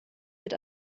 wird